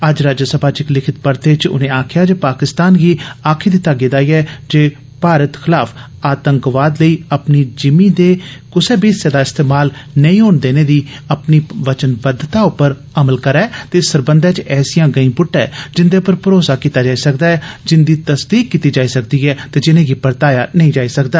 अज्ज राज्यसभा च इक लिखित परते च उनें आक्खेया जे पाकिस्तान गी आक्खी दिता गेया ऐ जे ओ भारत खलाफ आतंकवाद लेई अपनी ज़िमी दे क्सै बी हिस्सें दा इस्तमाल नेई होन देने दी अपनी वचनबद्धता पर अमल करै ते इत सरबंधै च ऐसियां गैंई पटटै जिन्दे पर भरोसा कीता जाई सकै जिंदी तस्दीक कीती जाई सकै ते जिर्नगी परताया नेई जाई सकै